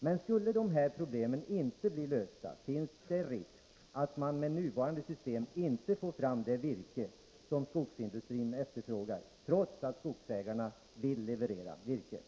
Men skulle de här problemen inte bli lösta, finns risk att man med nuvarande system inte får fram det virke som skogsindustrin efterfrågar, trots att skogsägarna vill leverera virke.